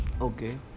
okay